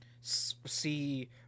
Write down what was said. see